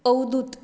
Avdhoot